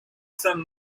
some